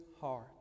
heart